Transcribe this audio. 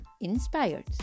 inspired